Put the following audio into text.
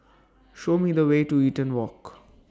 Show Me The Way to Eaton Walk